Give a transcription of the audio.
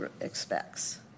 expects